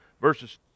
verses